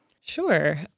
Sure